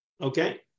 Okay